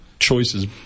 choices